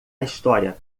história